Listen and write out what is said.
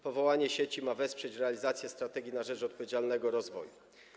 Powołanie sieci ma wesprzeć realizację „Strategii na rzecz odpowiedzialnego rozwoju”